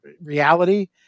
reality